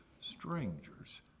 strangers